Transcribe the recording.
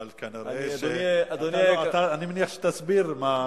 אבל אני מניח שתסביר.